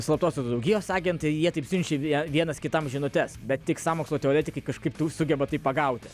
slaptosios draugijos agentai jie taip siunčia vie vienas kitam žinutes bet tik sąmokslo teoretikai kažkaip sugeba tai pagauti